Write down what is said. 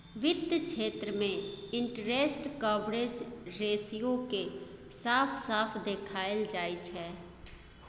वित्त क्षेत्र मे इंटरेस्ट कवरेज रेशियो केँ साफ साफ देखाएल जाइ छै